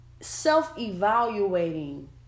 self-evaluating